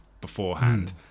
beforehand